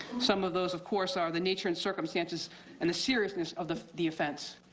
some of those, of course, are the nature and circumstances and the seriousness of the the offense.